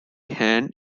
hand